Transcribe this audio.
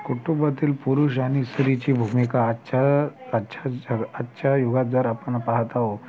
कुटुंबातील पुरुष आणि स्त्रीची भूमिका आजच्या आजच्या जगा आजच्या युगात जर आपण पाहात आहो